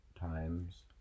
times